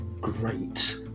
great